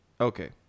okay